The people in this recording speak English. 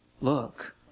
look